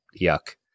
yuck